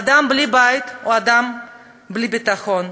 אדם בלי בית הוא אדם בלי ביטחון.